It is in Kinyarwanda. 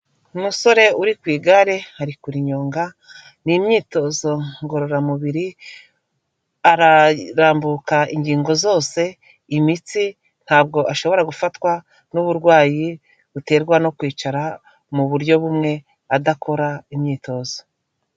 Umusore uri ku igare ari kurinyonga, ni imyitozo ngororamubiri, ararambuka ingingo zose, imitsi, ntabwo ashobora gufatwa n'uburwayi buterwa no kwicara mu buryo bumwe adakora imyitozo.